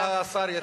אם השר יציע,